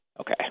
Okay